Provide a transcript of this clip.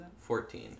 Fourteen